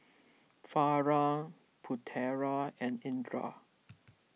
Farah Putera and Indra